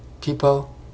people